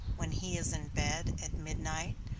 when he is in bed at midnight,